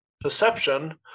perception